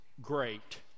great